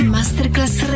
Masterclass